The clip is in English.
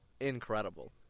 Incredible